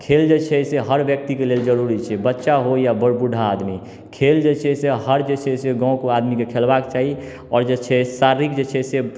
खेल जे छै से हर व्यक्तिके लेल जरूरी छै बच्चा होइ या बुड्ढा आदमी खेल जे छै से हर जे छै गाँवके आदमीके खेलबाक चाही आओर जे छै शारीरिक जे छै से